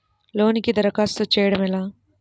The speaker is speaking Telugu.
లోనుకి దరఖాస్తు చేయడము ఎలా?